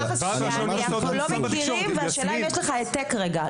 שאנחנו לא מכירים והשאלה אם יש לך העתק רגע?